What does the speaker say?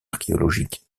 archéologique